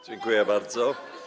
Dziękuję bardzo.